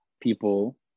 people